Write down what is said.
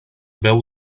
veu